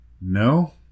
No